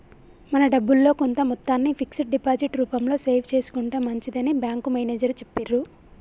మన డబ్బుల్లో కొంత మొత్తాన్ని ఫిక్స్డ్ డిపాజిట్ రూపంలో సేవ్ చేసుకుంటే మంచిదని బ్యాంకు మేనేజరు చెప్పిర్రు